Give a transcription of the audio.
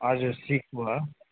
हजुर शिख भयो